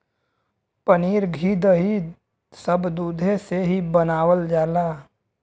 पनीर घी दही सब दुधे से ही बनावल जाला